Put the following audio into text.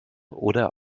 oder